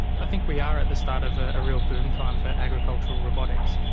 i think we are at the start of a real boom time for agricultural robotics.